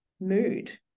mood